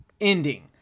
ending